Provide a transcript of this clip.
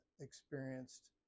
experienced